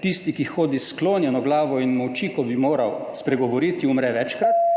"Tisti, ki hodi s sklonjeno glavo in molči, ko bi moral spregovoriti, umre večkrat.